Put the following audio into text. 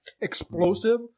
explosive